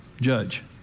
judge